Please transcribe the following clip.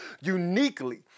uniquely